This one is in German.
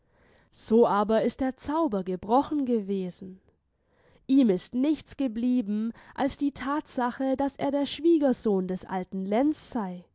so aber ist der zauber gebrochen gewesen ihm ist nichts geblieben als die thatsache daß er der schwiegersohn des alten lenz sei